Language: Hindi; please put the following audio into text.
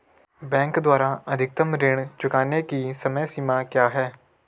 बैंक द्वारा अधिकतम ऋण चुकाने की समय सीमा क्या है?